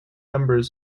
number